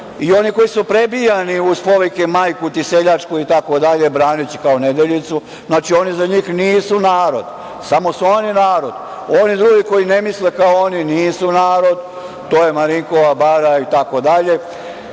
i oni koji su prebijani uz povike: „Majku ti seljačku“ itd, braneći kao Nedeljicu, znači, oni za njih nisu narod, samo su oni narod. Oni drugi koji ne misle kao oni nisu narod, to je Marinkova Bara itd,